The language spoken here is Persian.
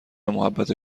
محبت